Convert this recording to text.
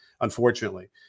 unfortunately